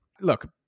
Look